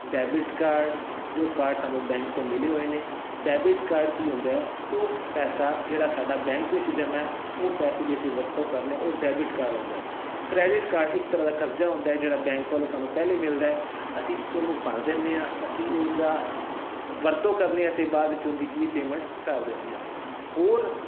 debit card ਜੋ card ਸਾਨੂੰ bank ਤੋਂ ਮਿਲੇ ਹੋਏ ਨੇ ਡੈਬਿਟ ਕਾਰਡ ਕੀ ਹੁੰਦਾ ਉਹ ਪੈਸਾ ਜਿਹੜਾ ਸਾਡਾ ਬੈਂਕ ਵਿੱਚ ਜਮ੍ਹਾਂ ਹੈ ਉਹ ਪੈਸੇ ਦੀ ਅਸੀਂ ਵਰਤੋਂ ਕਰਦੇ ਹਾਂ ਉਹ ਡੈਬਿਟ ਕਾਰਡ ਹੁੰਦਾ ਕ੍ਰੈਡਿਟ ਕਾਰਡ ਇੱਕ ਤਰ੍ਹਾਂ ਦਾ ਕਰਜ਼ਾ ਹੁੰਦਾ ਜਿਹੜਾ ਬੈਂਕ ਵੱਲੋਂ ਸਾਨੂੰ ਪਹਿਲੇ ਮਿਲਦਾ ਅਸੀਂ ਉਹਨੂੰ ਭਰ ਦਿੰਦੇੇ ਹਾਂ ਅਸੀਂ ਉਹਦਾ ਵਰਤੋਂ ਕਰਨੀ ਅਤੇ ਬਾਅਦ ਵਿੱਚ ਉਹਦੀ ਕੀ ਪੇਮੈਂਟ ਕਰ ਦਿੰਦੇ ਹਾਂ ਹੋਰ